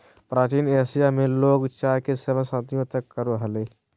प्राचीन एशिया में लोग चाय के सेवन सदियों तक करो हलय